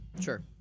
Sure